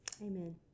Amen